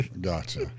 Gotcha